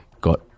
got